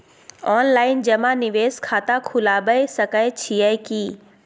Online जमा निवेश खाता खुलाबय सकै छियै की?